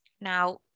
Now